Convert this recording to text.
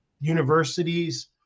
universities